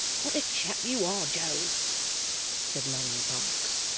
what a chap you are, joe said long parkes.